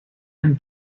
and